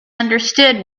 understood